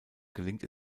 gelingt